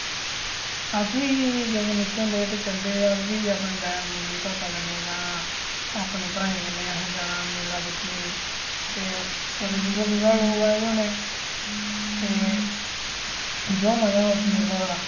अस बी जदूं निक्के होंदे हे ते जंदे हे अस बी अपने टैम मम्मी पापा कन्नै जां अपने भ्राएं कन्नै असें जाना मेला दिक्खने ते दूरा दूरा लोक दे होने ते जो मजा उस मेले दा